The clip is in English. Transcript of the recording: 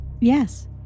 Yes